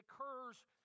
occurs